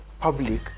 public